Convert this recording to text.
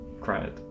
cried